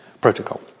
Protocol